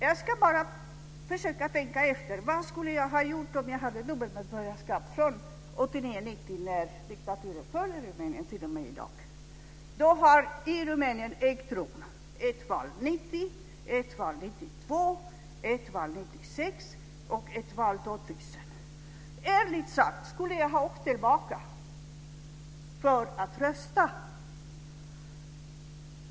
Jag ska försöka tänka efter vad jag skulle ha gjort om jag hade haft dubbelt medborgarskap från 1989-1990, när diktaturen föll i Rumänien, till i dag. I Rumänen har det ägt rum ett val Ärligt talat, skulle jag ha åkt tillbaka för att rösta?